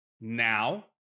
Now